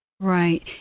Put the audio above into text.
Right